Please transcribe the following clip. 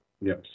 Yes